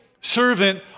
servant